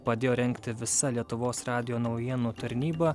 padėjo rengti visa lietuvos radijo naujienų tarnyba